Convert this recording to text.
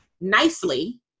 nicely